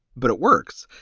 but it works.